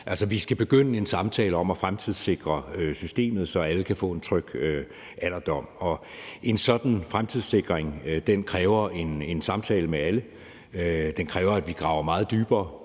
Altså, vi skal begynde en samtale om at fremtidssikre systemet, så alle kan få en tryg alderdom, og en sådan fremtidssikring kræver en samtale med alle. Den kræver, at vi graver meget dybere,